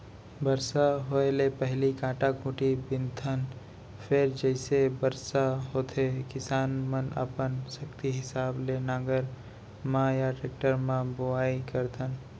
बरसा होए ले पहिली कांटा खूंटी बिनथन फेर जइसे बरसा होथे किसान मनअपन सक्ति हिसाब ले नांगर म या टेक्टर म बोआइ करथन